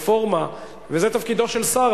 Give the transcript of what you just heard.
וזה תפקידו של שר,